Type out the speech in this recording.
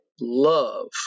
Love